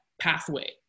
pathway